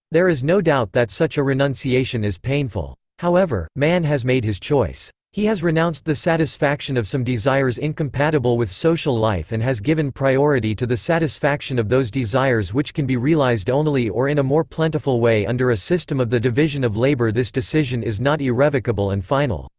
there is no doubt that such a renunciation is painful. however, man has made his choice. he has renounced the satisfaction of some desires incompatible with social life and has given priority to the satisfaction of those desires which can be realized only or in a more plentiful way under a system of the division of labor this decision is not irrevocable and final.